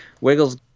Wiggle's